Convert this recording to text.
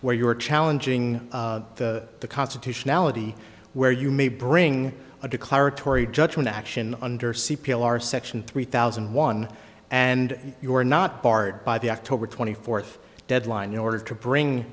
where you are challenging the constitutionality where you may bring a declaratory judgment action under c p l are section three thousand and one and you are not barred by the october twenty fourth deadline in order to bring